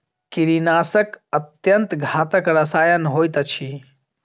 कीड़ीनाशक अत्यन्त घातक रसायन होइत अछि